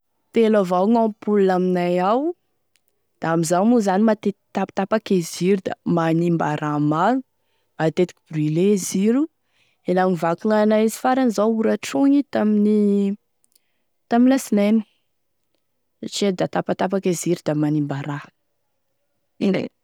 Telo avao gn'ampoule aminay ao, da amin'izao moa zany matetiky tapatapaky e ziro da magnimba raha maro, matetiky brûlé e ziro, e nagnovako gnanay farany zao horatrogny tamin'ny tamin'ny lasinainy satria da tapatapaky e ziro da manimba raha.